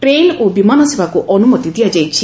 train ଓ ବିମାନ ସେବାକୁ ଅନୁମତି ଦିଆଯାଇଛି